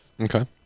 Okay